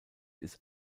ist